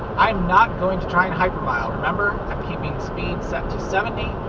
i'm not going to try and hypermile, remember? i'm keeping speed set to seventy.